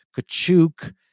Kachuk